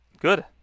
Good